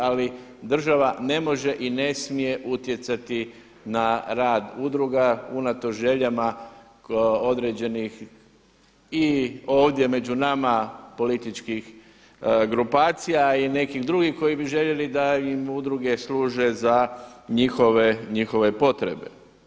Ali država ne može i ne smije utjecati na rad udruga unatoč željama određenih i ovdje među nama političkih grupacija i nekih drugih koji bi željeli da im udruge služe za njihove potrebe.